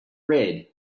red